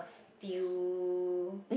few